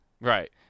right